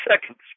seconds